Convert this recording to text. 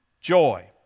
Joy